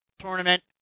tournament